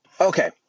Okay